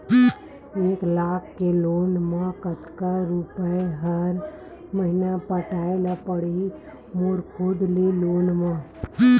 एक लाख के लोन मा कतका रुपिया हर महीना पटाय ला पढ़ही मोर खुद ले लोन मा?